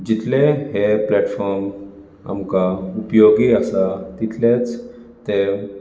जितलें हें प्लॅटफॉर्म आमकां उपयोगी आसा तितलेंच तें